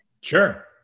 Sure